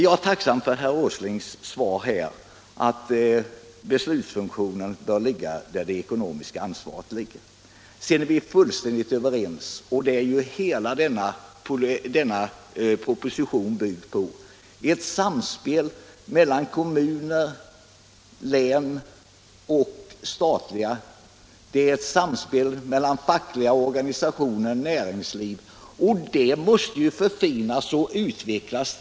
Jag är tacksam för herr Åslings svar att beslutsfunktionen bör ligga där det ekonomiska ansvaret ligger. Hela denna proposition bygger på ett samspel mellan kommuner, län och stat. Det är ett samspel mellan fackliga organisationer och näringsliv som måste förfinas och utvecklas.